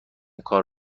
کار